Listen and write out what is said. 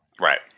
Right